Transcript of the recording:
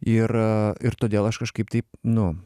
ir ir todėl aš kažkaip taip nu